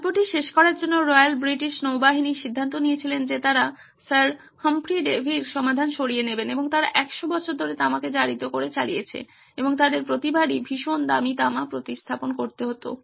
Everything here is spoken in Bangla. গল্পটি শেষ করার জন্য রয়্যাল ব্রিটিশ নৌবাহিনী সিদ্ধান্ত নিয়েছিলেন যে তারা স্যার হামফ্রে ডেভির সমাধান সরিয়ে নেবেন এবং তারা 100 বছর ধরে তামাকে জারিত করে চালিয়েছে এবং তাদের প্রতিবারই ভীষণ দামি তামা প্রতিস্থাপন করতে হতো